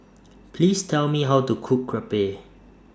Please Tell Me How to Cook Crepe